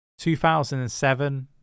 2007